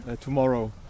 Tomorrow